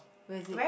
where is it